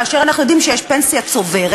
כאשר אנחנו יודעים שיש פנסיה צוברת,